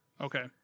Okay